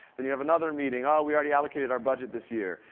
then you have another meeting, oh we already allocated our budget this year.